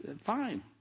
fine